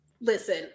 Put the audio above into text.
listen